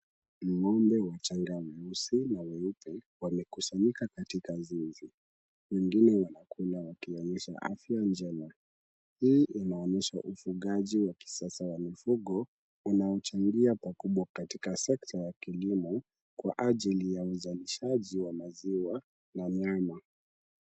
Ng'ombe wachanga weusi na weupe wamekusanyika katika zizi. Wengine wanakula wakionyesha afya njema. Hii inaonyesha ufugaji wa kisasa wa mifugo, unaochangia pakubwa katika sekta ya kilimo kwa ajili ya uzalishaji wa maziwa na nyama.